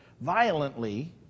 violently